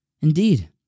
indeed